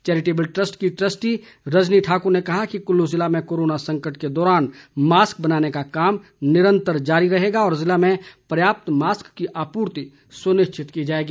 charitable trust की trustee Rajni Thakur ने कहा कि कुल्लू जिला में कोरोना संकट के दौरान मास्क बनाने का काम निरंतर जारी रहेगा और जिले में पर्याप्त मास्क की आपूर्ति सुनिश्चित की जाएगी